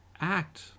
act